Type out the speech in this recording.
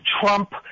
Trump